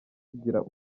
tugirana